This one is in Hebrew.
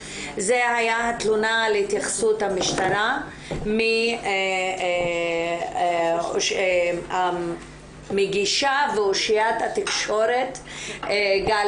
זה היה התלונה על התייחסות המשטרה למגישה ואושיית התקשורת גל